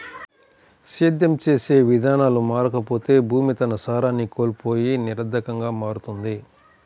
సేద్యం చేసే విధానాలు మారకపోతే భూమి తన సారాన్ని కోల్పోయి నిరర్థకంగా మారుతుంది